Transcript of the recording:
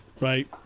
Right